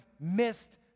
missed